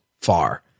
far